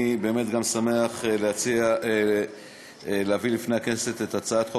אני באמת שמח להביא לפני הכנסת את הצעת חוק